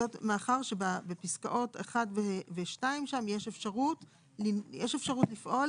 זאת מאחר שבפסקאות 1 ו-2 יש אפשרות לפעול